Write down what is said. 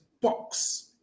Box